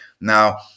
Now